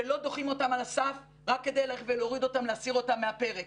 שלא דוחים אותם על הסף רק כדי ללכת ולהסיר אותם מהפרק.